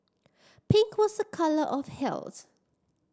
pink was a colour of health